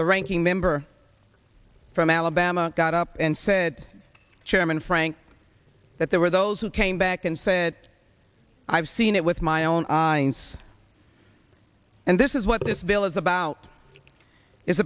the ranking member from alabama got up and said chairman frank that there were those who came back and said i've seen it with my own eyes and this is what this bill is about i